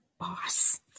boss